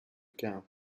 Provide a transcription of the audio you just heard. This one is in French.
caen